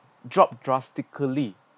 dropped drastically